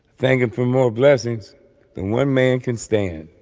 thank him for more blessings than one man can stand.